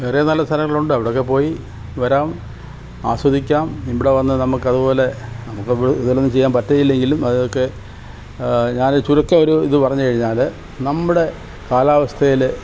വേറെ നല്ല സ്ഥലങ്ങളുണ്ട് അവിടെ ഒക്കെ പോയി വരാം ആസ്വദിക്കാം ഇവിടെ വന്ന് നമുക്ക് അതുപോലെ നമുക്ക് അപ്പം ഇതുപോലെ ഒന്നും ചെയ്യാൻ പറ്റിയില്ലെങ്കിലും അതൊക്കെ ഞാൻ ചുരുക്കം ഒരു ഇത് പറഞ്ഞുകഴിഞ്ഞാൽ നമ്മുടെ കാലാവസ്ഥയിൽ